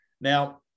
Now